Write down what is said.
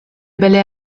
belle